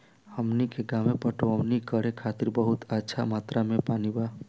हमनी के गांवे पटवनी करे खातिर बहुत अच्छा मात्रा में पानी बा